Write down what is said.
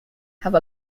have